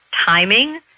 Timing